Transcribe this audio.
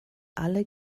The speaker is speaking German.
alle